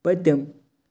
پٔتِم